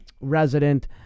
resident